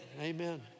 Amen